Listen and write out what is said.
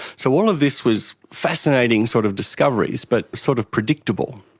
so all of this was fascinating sort of discoveries, but sort of predictable.